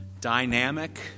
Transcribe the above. dynamic